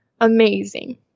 Amazing